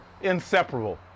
inseparable